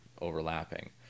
overlapping